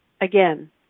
Again